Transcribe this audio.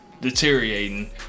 deteriorating